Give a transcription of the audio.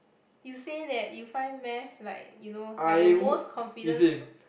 you say that you find math like you know like your most confident sub~